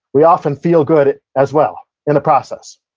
we often feel good as well in the process?